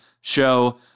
show